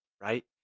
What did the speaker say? right